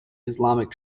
islamic